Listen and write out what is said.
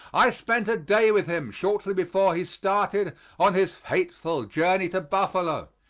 i spent a day with him shortly before he started on his fateful journey to buffalo.